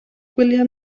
gwyliau